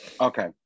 Okay